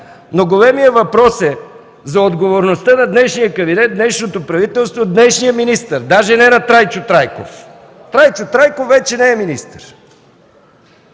Големият въпрос е за отговорността на днешния кабинет, на днешното правителство, на днешния министър, дори не на Трайчо Трайков. Трайчо Трайков вече не е министър.